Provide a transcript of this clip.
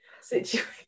situation